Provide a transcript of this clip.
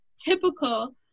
typical